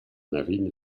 marine